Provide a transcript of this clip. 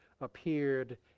appeared